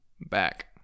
back